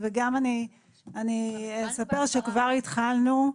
אני אספר שכבר התחלנו.